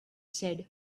said